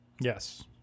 Yes